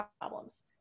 problems